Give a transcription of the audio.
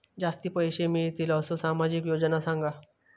जास्ती पैशे मिळतील असो सामाजिक योजना सांगा?